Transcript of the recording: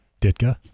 Ditka